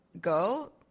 go